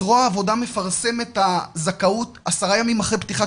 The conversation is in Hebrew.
זרוע העבודה מפרסם את הזכאות עשרה ימים אחרי פתיחת